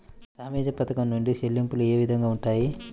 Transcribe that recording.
సామాజిక పథకం నుండి చెల్లింపులు ఏ విధంగా ఉంటాయి?